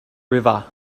river